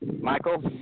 Michael